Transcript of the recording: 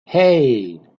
hey